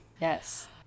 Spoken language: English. yes